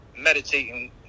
meditating